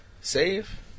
save